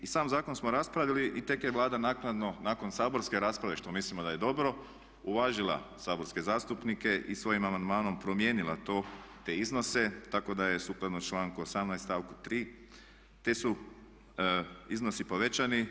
I sam zakon smo raspravili i tek je Vlada naknadno nakon saborske rasprave što mislimo da je dobro uvažila saborske zastupnike i svojim amandmanom promijenila to, te iznose tako da je sukladno članku 18. stavku 3. ti su iznosi povećani.